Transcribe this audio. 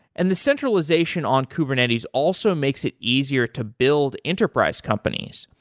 and the centralization on kubernetes also makes it easier to build enterprise companies,